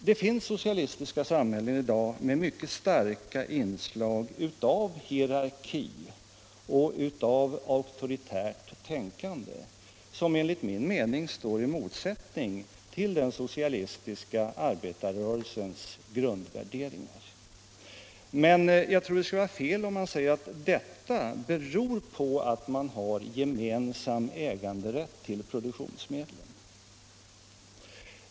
| Det finns socialistiska samhällen i dag med mycket starka inslag av hierarki och auktoritärt tänkande, som enligt min mening står i motsatsställning till den socialistiska arbetarrörelsens grundvärderingar. Men jag | tror att det skulle vara fel att säga att detta beror på att man har gemensam äganderätt till produktionsmedlen.